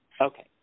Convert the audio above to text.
Okay